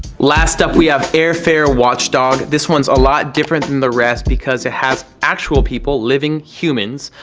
last up, we have airfare watch dog. this one is a lot different than the rest because it has actual people, living humans,